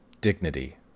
dignity